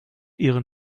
ihren